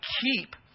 keep